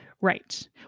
right